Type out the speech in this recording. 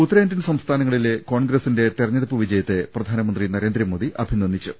ഉത്തരേന്ത്യൻ സംസ്ഥാനങ്ങളിലെ കോൺഗ്രസിന്റെ തെരഞ്ഞെടുപ്പ് വിജയത്തെ പ്രധാനമന്ത്രി നരേന്ദ്രമോദി അഭിനന്ദിച്ചു